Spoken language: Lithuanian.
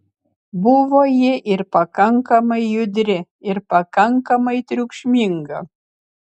buvo ji ir pakankamai judri ir pakankamai triukšminga